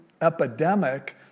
epidemic